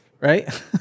right